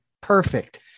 perfect